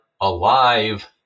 alive